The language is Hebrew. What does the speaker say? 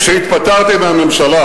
כשהתפטרתי מהממשלה,